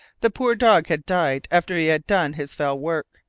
the poor dog had died after he had done his fell work,